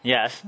Yes